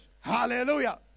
hallelujah